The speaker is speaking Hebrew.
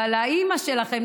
אבל האימא שלכם,